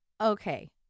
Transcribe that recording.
Okay